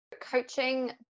Coaching